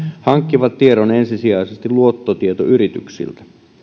hankkivat tiedon ensisijaisesti luottotietoyrityksiltä